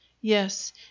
Yes